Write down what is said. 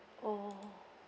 oh